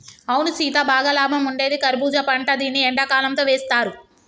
అవును సీత బాగా లాభం ఉండేది కర్బూజా పంట దీన్ని ఎండకాలంతో వేస్తారు